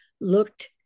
looked